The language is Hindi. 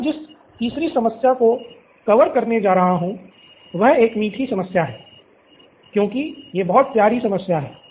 अब मैं जिस तीसरी समस्या को कवर करने जा रहा हूं वह एक मीठी समस्या है क्योंकि यह बहुत प्यारी समस्या है